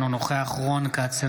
אינו נוכח רון כץ,